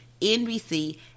NBC